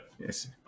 Yes